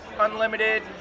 unlimited